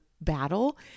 battle